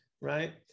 right